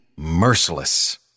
Merciless